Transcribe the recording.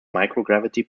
microgravity